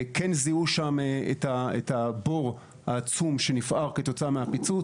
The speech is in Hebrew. כן זיהו שם את הבור העצום שנפער כתוצאה מהפיצוץ,